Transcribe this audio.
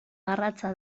garratza